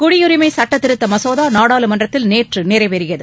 குடியுரிமை சட்டத்திருத்த மசோதா நாடாளுமன்றத்தில் நேற்று நிறைவேறியது